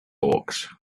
hawks